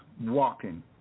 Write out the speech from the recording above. walking